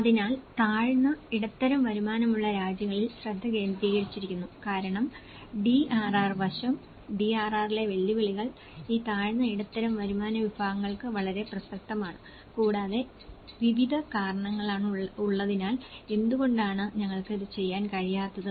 അതിനാൽ താഴ്ന്ന ഇടത്തരം വരുമാനമുള്ള രാജ്യങ്ങളിൽ ശ്രദ്ധ കേന്ദ്രീകരിച്ചിരിക്കുന്നു കാരണം DRR വശം DRR ലെ വെല്ലുവിളികൾ ഈ താഴ്ന്ന ഇടത്തരം വരുമാന വിഭാഗങ്ങൾക്ക് വളരെ പ്രസക്തമാണ് കൂടാതെ വിവിധ കാരണങ്ങളുള്ളതിനാൽ എന്തുകൊണ്ടാണ് ഞങ്ങൾക്ക് ഇത് ചെയ്യാൻ കഴിയാത്തത്